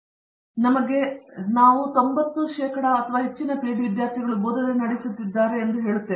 ರವೀಂದ್ರ ಗೆಟ್ಟು ನಮಗೆ ನಾವು 90 ಅಥವಾ ಹೆಚ್ಚಿನ ಪಿಎಚ್ಡಿ ವಿದ್ಯಾರ್ಥಿಗಳು ಬೋಧನೆ ನಡೆಸುತ್ತಿದ್ದಾರೆ ಎಂದು ನಾನು ಹೇಳುತ್ತೇನೆ